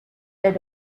their